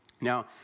Now